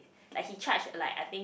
like he charge like I think